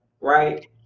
right